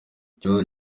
ikibazo